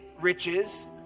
riches